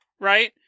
right